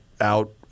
out